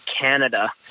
Canada